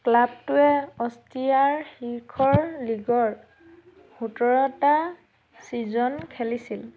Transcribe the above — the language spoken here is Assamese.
ক্লাবটোৱে অষ্ট্ৰিয়াৰ শীৰ্ষৰ লীগৰ সোতৰটা ছিজন খেলিছিল